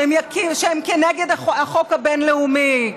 שהם נגד החוק הבין-לאומי,